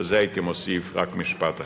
על זה הייתי מוסיף רק משפט אחד,